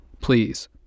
please